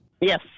Yes